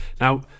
Now